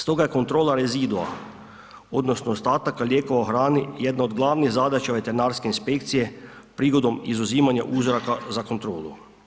Stoga je kontrola rezidua odnosno ostataka lijekova u hrani jedno od glavnih zadaća veterinarske inspekcije prigodom izuzimanja uzoraka za kontrolu.